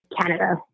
Canada